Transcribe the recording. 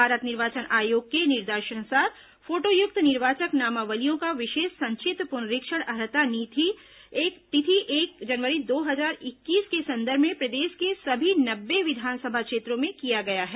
भारत निर्वाचन आयोग के निर्देशानुसार ुफोटोयुक्त निर्वाचक नामावलियों का विशेष संक्षिप्त पुनरीक्षण अर्हता तिथि एक जनवरी दो हजार इक्कीस के संदर्भ में प्रदेश के सभी नब्बे विधानसभा क्षेत्रों में किया गया है